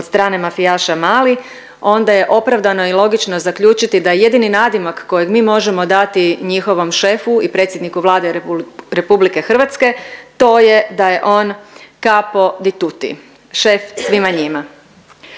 od strane mafijaša mali, onda je opravdano i logično zaključiti da je jedini nadimak kojeg mi možemo dati njihovom šefu i predsjedniku Vlade Republike Hrvatske to je da je on capo di tuti, šef svima njima.